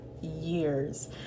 years